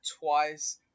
twice